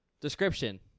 Description